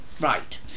right